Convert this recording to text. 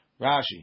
Rashi